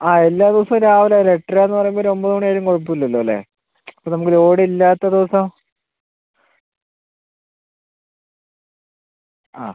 ആ എല്ലാ ദിവസവും രാവിലെ ഒരു എട്ടരയെന്ന് പറയുമ്പം ഒരു ഒമ്പത് മണി ആയാലും കുഴപ്പം ഇല്ലല്ലോ അല്ലേ ഇപ്പം നമുക്ക് ലോഡ് ഇല്ലാത്ത ദിവസം ആ